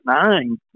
nine